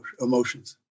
emotions